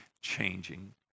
changing